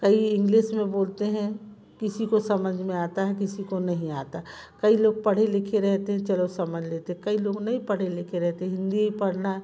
कई इंग्लिस में बोलते हैं किसी को समझ में आता है किसी को नहीं आता कई लोग पढ़े लिखे रहते हैं चलो समझ लेते कई लोग नहीं पढ़े लिखे रहते हिंदी पढ़ना